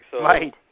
Right